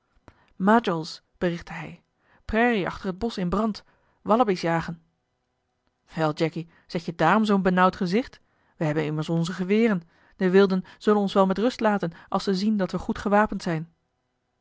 majols berichtte hij prairie achter het bosch in brand wallabies jagen wel jacky zet je daarom zoo'n benauwd gezicht we hebben immers onze geweren de wilden zullen ons wel met rust laten als ze zien dat we goed gewapend zijn